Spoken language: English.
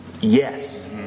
yes